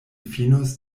finos